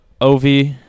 OV—